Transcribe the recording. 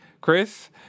Chris